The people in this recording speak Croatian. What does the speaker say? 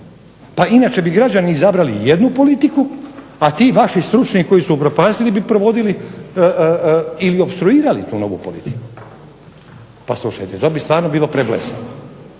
Pa inače bi građani izabrali jednu politiku, a ti vaši stručni koji su upropastili bi provodili i opstruirali tu novu politiku. Pa slušajte to bi stvarno bilo preblesavo.